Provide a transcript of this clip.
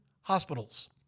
hospitals